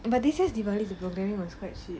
but this year deepavali programming was quite shit